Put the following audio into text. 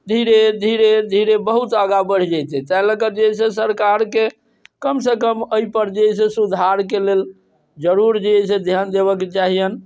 धीरे धीरे धीरे बहुत आगा बढ़ि जैतै ताहि लए कऽ जे एहि सॅं सरकार के कम सँ कम एहिपर जे अछि से सुधार के लेल जरूर जे अछि से ध्यान देबए के चहियनि